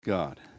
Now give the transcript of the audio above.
God